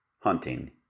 hunting